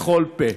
בכל פה.